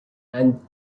and